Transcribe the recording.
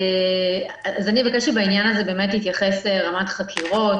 אני אבקש שבעניין הזה יתייחס רמ"ד חקירות,